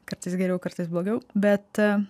kartais geriau kartais blogiau bet